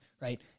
right